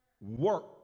work